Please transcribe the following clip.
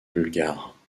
bulgare